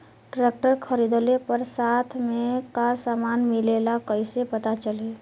Tractor खरीदले पर साथ में का समान मिलेला कईसे पता चली?